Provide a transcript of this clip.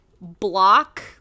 block